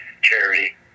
charity